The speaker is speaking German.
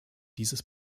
dieses